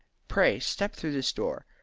pray step through this door.